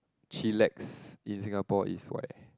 chillax in Singapore is where